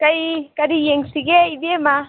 ꯀꯔꯤ ꯀꯔꯤ ꯌꯦꯡꯁꯤꯒꯦ ꯏꯕꯦꯝꯃꯥ